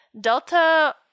Delta